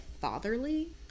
fatherly